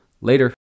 Later